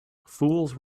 fools